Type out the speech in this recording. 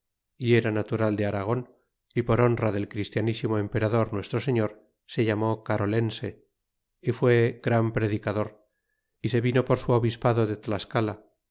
y era natural de aragon y por honra del christianisimo emperador nuestro señor se llamó carolense y fué gran predicador y se vino por su obispado de tlascala